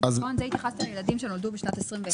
לילדים שנולדו ב-21'.